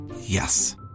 Yes